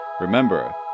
Remember